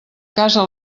casa